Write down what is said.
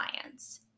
clients